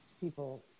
people